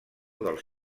dels